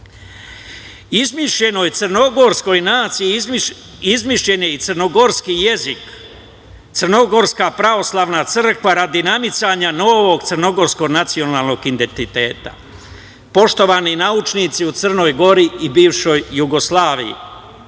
jeziku. Izmišljenoj crnogorskoj naciji izmišljen je i crnogorski jezik, Crnogorska pravoslavna crkva, radi namicanja novog crnogorsko-nacionalnog identiteta. Poštovani naučnici u Crnoj Gori i bivšoj Jugoslaviji,